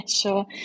sure